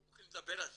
לא מוכנים לדבר על זה.